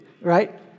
right